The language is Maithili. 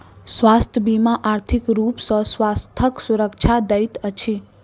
स्वास्थ्य बीमा आर्थिक रूप सॅ स्वास्थ्यक सुरक्षा दैत अछि